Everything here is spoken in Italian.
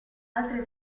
altre